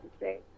say